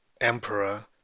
emperor